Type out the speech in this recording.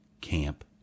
Camp